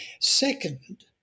Second